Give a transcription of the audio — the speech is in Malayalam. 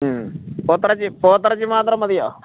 മ്മ് പോത്തിറച്ചി പോത്തിറച്ചി മാത്രം മതിയോ